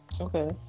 Okay